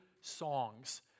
songs